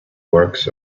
works